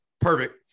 perfect